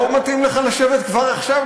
לא מתאים לך לשבת כבר עכשיו,